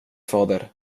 fader